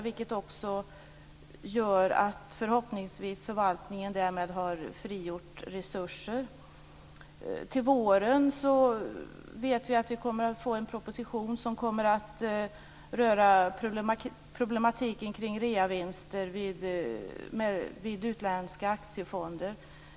Det gör förhoppningsvis också att förvaltningen därmed har frigjort resurser. Till våren kommer vi att få en proposition som kommer att beröra problematiken kring reavinster i utländska aktiefonder.